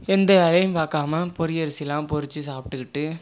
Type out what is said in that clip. எந்த வேலையும் பார்க்காமல் பொறி அரிசிலாம் பொறிச்சு சாப்பிட்டுக்கிட்டு